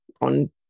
on